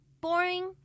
boring